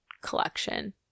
collection